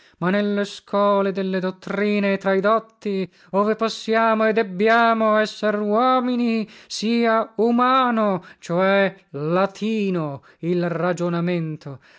ma nelle scole delle dottrine e tra i dotti ove possiamo e debbiamo esser uomini sia umano cioè latino il ragionamento